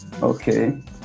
Okay